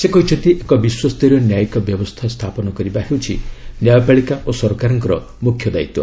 ସେ କହିଛନ୍ତି ଏକ ବିଶ୍ୱସ୍ତରୀୟ ନ୍ୟାୟିକ ବ୍ୟବସ୍ଥା ସ୍ଥାପନ କରିବା ହେଉଛି ନ୍ୟାୟପାଳିକା ଓ ସରକାରଙ୍କର ମୃଖ୍ୟ ଦାୟିତ୍ୱ